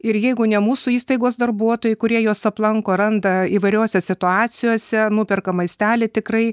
ir jeigu ne mūsų įstaigos darbuotojai kurie juos aplanko randa įvairiose situacijose nuperka maistelį tikrai